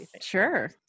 Sure